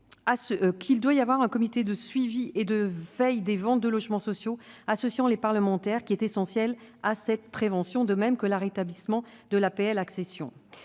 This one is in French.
qu'il doit y avoir un comité de suivi et de veille des ventes de logements sociaux associant les parlementaires. C'est une mesure essentielle en termes de prévention, de même que le rétablissement de l'APL accession.